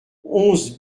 onze